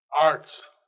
arts